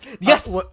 yes